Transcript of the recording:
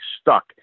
stuck